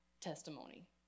testimony